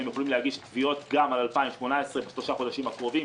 שהם יכולים להגיש תביעות גם על 2018 בשלושה חודשים הקרובים,